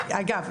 אגב,